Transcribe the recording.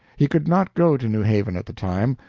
he could not go to new haven at the time,